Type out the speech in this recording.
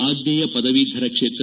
ಆಗ್ನೇಯ ಪದವೀಧರ ಕ್ಷೇತ್ರ